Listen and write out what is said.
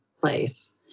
place